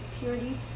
purity